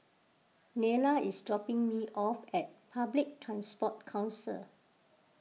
Nylah is dropping me off at Public Transport Council